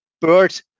bird